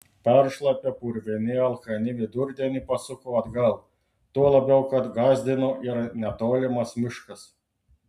peršlapę purvini alkani vidurdienį pasuko atgal tuo labiau kad gąsdino ir netolimas miškas